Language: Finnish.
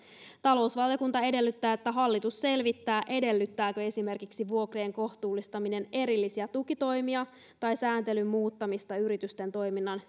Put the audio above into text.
talousvaliokunta edellyttää että hallitus selvittää edellyttääkö esimerkiksi vuokrien kohtuullistaminen erillisiä tukitoimia tai sääntelyn muuttamista yritysten toiminnan